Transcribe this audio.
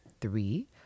three